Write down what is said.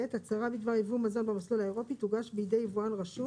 בעת הצהרה בדבר מזון במסלול האירופי תוגש בידי יבואן רשום